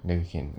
then can